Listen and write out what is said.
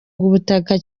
ubutaka